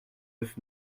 neuf